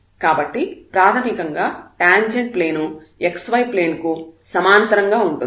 కాబట్టి ప్రాథమికంగా tangent plane తలం xy ప్లేన్ కు సమాంతరంగా ఉంటుంది